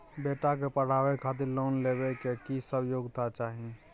बेटा के पढाबै खातिर लोन लेबै के की सब योग्यता चाही?